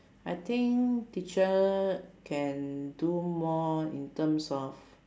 I think teacher can do more in terms of